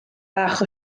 bach